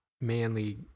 manly